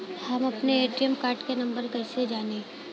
हम अपने ATM card के नंबर कइसे जानी?